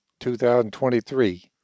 2023